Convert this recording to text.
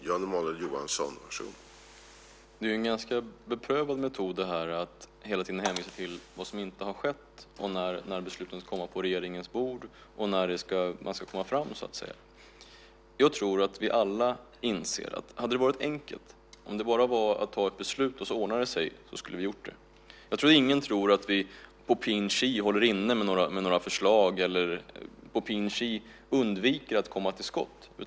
Herr talman! Det är en ganska beprövad metod att hela tiden hänvisa till vad som inte har skett och fråga när man ska komma fram och när besluten ska komma på regeringens bord. Jag tror att vi alla inser att om det hade varit enkelt, om det bara var att ta ett beslut så ordnar det sig, skulle vi ha gjort det. Jag tror inte att någon tror att vi på pin kiv håller inne med några förslag eller undviker att komma till skott.